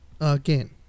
again